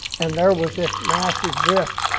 and there was this massive drift.